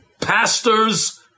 Pastors